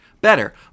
better